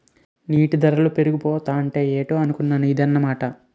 అన్నీ దరలు పెరిగిపోతాంటే ఏటో అనుకున్నాను ఇదన్నమాట